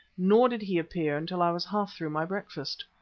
nor did he appear until i was half through my breakfast.